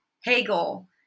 Hegel